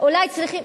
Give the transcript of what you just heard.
אולי צריכים,